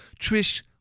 Trish